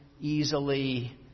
easily